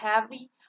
heavy